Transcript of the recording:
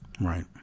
Right